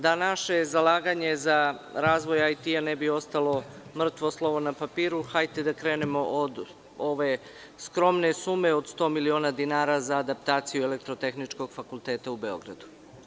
Da naše zalaganje za razvoj IT ne bi ostalo mrtvo slovo na papiru, hajde da krenemo od ove skromne sume od 100 miliona dinara za adaptaciju Elektrotehničkog fakulteta u Beogradu.